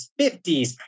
50s